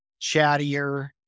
chattier